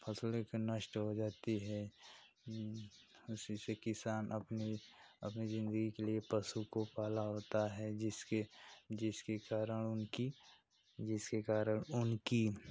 फसलें के नष्ट हो जाती है उसी से किसान अपनी अपनी ज़िन्दगी के लिए पशु को पाला होता है जिसके जिसके कारण उनकी जिसके कारण उनकी